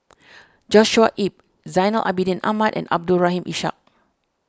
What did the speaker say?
Joshua Ip Zainal Abidin Ahmad and Abdul Rahim Ishak